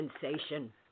sensation